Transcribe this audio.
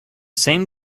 same